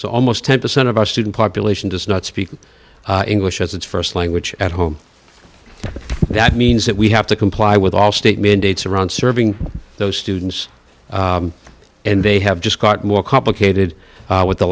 so almost ten percent of our student population does not speak english as its st language at home that means that we have to comply with all state mandates around serving those students and they have just got more complicated with the